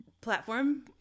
platform